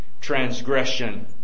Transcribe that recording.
transgression